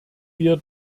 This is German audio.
wir